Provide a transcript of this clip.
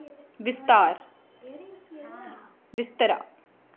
बिस्तरा